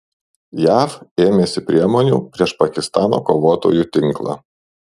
jav ėmėsi priemonių prieš pakistano kovotojų tinklą